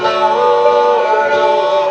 hello